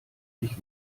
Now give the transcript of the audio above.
ich